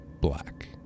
black